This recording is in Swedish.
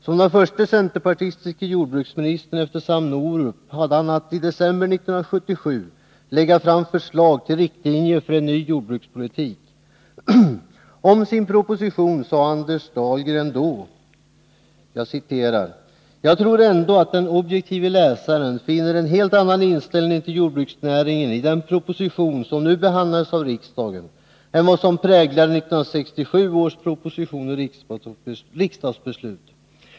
Som den förste centerpartistiske jordbruksministern efter Sam Norup hade han att i december 1977 lägga fram förslag till riktlinjer för en ny jordbrukspolitik. Om sin proposition sade Anders Dahlgren då: ”-——- jag tror ändå att den objektive läsaren finner en helt annan inställning till jordbruksnäringen i den proposition som nu behandlas av riksdagen än vad som präglade 1967 års proposition och riksdagsbeslut.